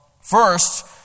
first